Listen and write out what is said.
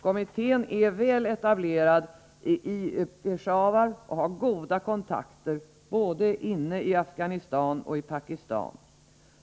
Kommittén är väl etablerad i Peshawar och har goda kontakter både inne i Afghanistan och i Pakistan.